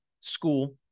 school